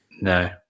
no